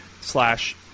slash